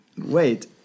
Wait